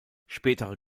spätere